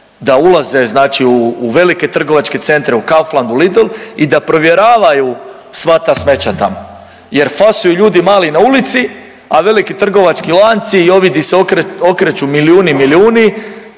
da ulaze znači u velike trgovačke centre u Kaufland, u Lidl i da provjeravaju sva ta smeća tamo je fasuju ljudi mali na ulici, a veliki trgovački lanci i ovi di se okreću milijuni i milijuni